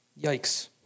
Yikes